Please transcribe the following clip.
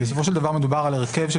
כי בסופו של דבר מדובר על הרכב של